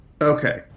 Okay